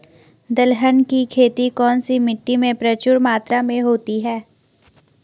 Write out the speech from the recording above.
दलहन की खेती कौन सी मिट्टी में प्रचुर मात्रा में होती है?